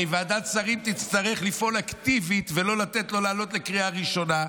הרי ועדת שרים תצטרך לפעול אקטיבית ולא לתת לו לעלות לקריאה ראשונה.